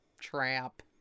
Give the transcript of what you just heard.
trap